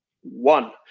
One